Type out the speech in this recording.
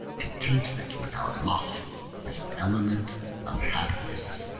contentment with our lot is an element of happiness.